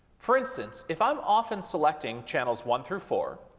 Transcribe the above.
for instance, if i'm often selecting channels one through four,